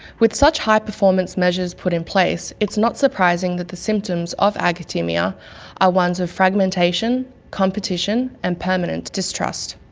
with such high performance measures put in place, it's not surprising that the symptoms of academia are ones of fragmentation, competition, and permanent distrust.